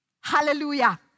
Hallelujah